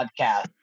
podcast